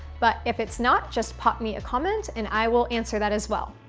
but if it's not, just pop me a comment and i will answer that as well.